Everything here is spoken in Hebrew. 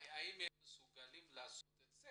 האם הם מסוגלים לעשות את זה?